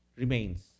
Remains